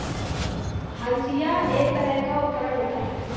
हंसिआ एक तरह का उपकरण होता है